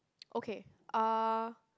okay uh